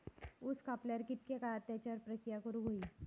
ऊस कापल्यार कितके काळात त्याच्यार प्रक्रिया करू होई?